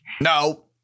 no